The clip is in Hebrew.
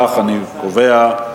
אם כך, אני קובע שהתיקון